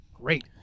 Great